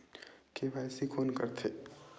KYC कोन करथे?